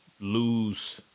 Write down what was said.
lose